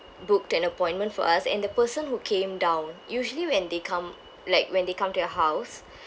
booked an appointment for us and the person who came down usually when they come like when they come to your house